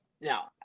now